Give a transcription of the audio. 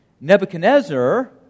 Nebuchadnezzar